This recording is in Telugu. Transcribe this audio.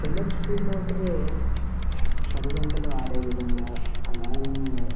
టెన్ హెచ్పీ మోటర్ పది గంటలు ఆడే విధంగా అలాగే